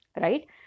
right